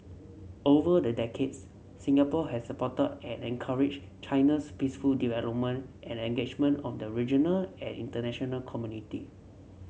over the decades Singapore has supported at encouraged China's peaceful development and engagement of the regional and international community